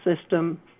system